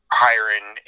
hiring